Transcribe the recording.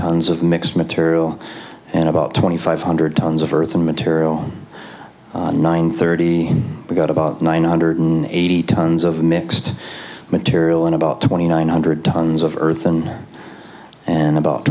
tons of mixed material and about twenty five hundred tons of earth material nine thirty we got about nine hundred eighty tons of mixed material and about twenty nine hundred tons of earthen and about